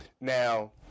now